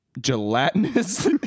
gelatinous